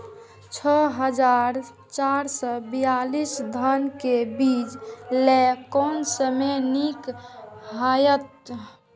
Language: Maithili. छः हजार चार सौ चव्वालीस धान के बीज लय कोन समय निक हायत?